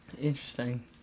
Interesting